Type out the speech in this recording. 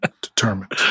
determined